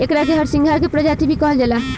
एकरा के हरसिंगार के प्रजाति भी कहल जाला